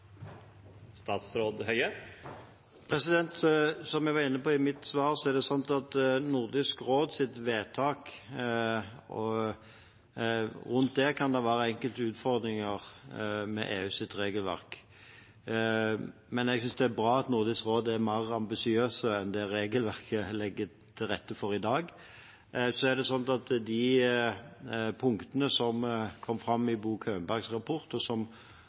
det gjelder Nordisk råds vedtak, kan det være enkelte utfordringer med EUs regelverk. Men jeg synes det er bra at Nordisk råd er mer ambisiøse enn det regelverket legger til rette for i dag. De punktene som kom fram i Bo Könbergs rapport, og som